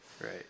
Right